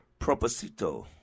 proposito